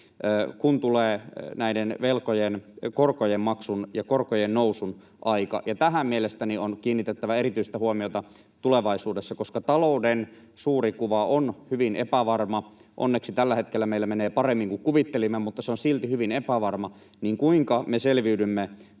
kun tulee näiden korkojen maksun ja korkojen nousun aika. Tähän mielestäni on kiinnitettävä erityistä huomiota tulevaisuudessa, koska talouden suuri kuva on hyvin epävarma — onneksi tällä hetkellä meillä menee paremmin kuin kuvittelimme, mutta se on silti hyvin epävarma. Kuinka me selviydymme